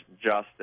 justice